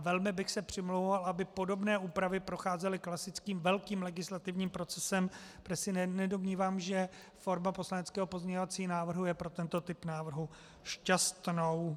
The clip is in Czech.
Velmi bych se přimlouval, aby podobné úpravy procházely klasicky velkým legislativním procesem, protože se nedomnívám, že forma poslaneckého pozměňovacího návrhu je pro tento typ návrhu šťastnou.